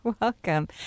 welcome